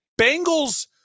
Bengals